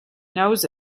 knows